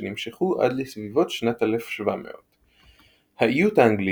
שנמשכו עד לסביבות שנת 1700. האיות האנגלי